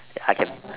ya I can